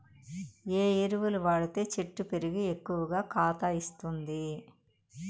ఏ ఎరువులు వాడితే చెట్టు పెరిగి ఎక్కువగా కాత ఇస్తుంది?